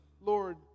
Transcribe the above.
Lord